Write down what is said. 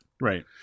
Right